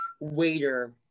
waiter